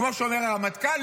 כמו שאומר הרמטכ"ל?